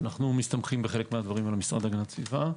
אנו מסתמכים בחלק מהדברים על המשרד להגנת הסביבה.